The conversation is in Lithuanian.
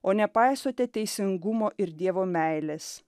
o nepaisote teisingumo ir dievo meilės